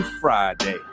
friday